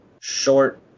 short